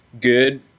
good